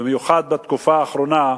במיוחד בתקופה האחרונה,